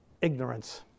ignorance